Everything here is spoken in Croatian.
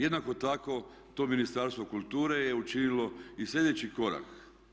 Jednako tako to Ministarstvo kulture je učinilo i sljedeći korak.